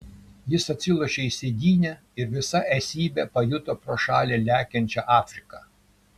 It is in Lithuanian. jis atsilošė į sėdynę ir visa esybe pajuto pro šalį lekiančią afriką